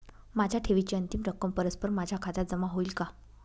माझ्या ठेवीची अंतिम रक्कम परस्पर माझ्या खात्यात जमा होईल का?